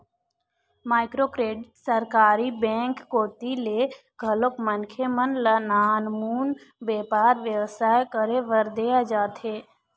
micro credit सरकारी bank कोती ले घलोक मनखे मन ल नानमुन बेपार बेवसाय करे बर देय जाथे